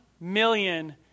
million